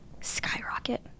skyrocket